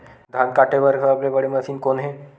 धान काटे बार सबले बने मशीन कोन हे?